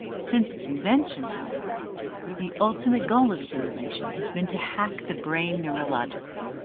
since its invention, however the ultimate goal of simulation has been to hack the brain neurologically,